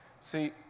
See